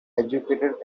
educated